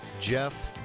Jeff